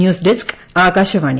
news desk Akashvani